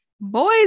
boys